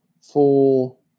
Full